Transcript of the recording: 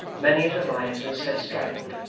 many of the rioters had straggled,